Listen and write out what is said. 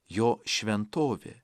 jo šventovė